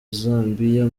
zambiya